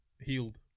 healed